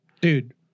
Dude